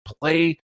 play